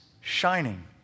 shining